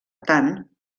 tant